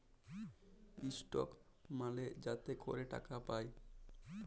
stock মালে যাতে ক্যরে টাকা পায়